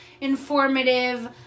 informative